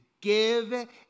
give